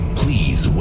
please